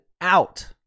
out